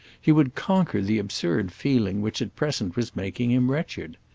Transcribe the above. he would conquer the absurd feeling which at present was making him wretched.